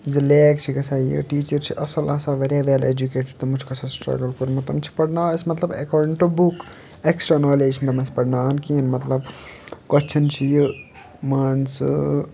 زِ لیک چھِ گژھان یہِ ٹیٖچَر چھِ اَصٕل آسان واریاہ ویٚل ایٚجوٗکیٹِڈ تِمَن چھُکھ آسان سِٹرٛگٕل کوٚرمُت تِم چھِ پَرناوان اَسہِ مطلب according to book extra knowledge چھِ نہٕ تِم اَسہِ پَرناوان کِہیٖنٛۍ مطلب کۄسچَن چھِ یہِ مان ژٕ